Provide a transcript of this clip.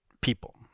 people